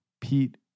Pete